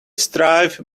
strive